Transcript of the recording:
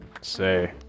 say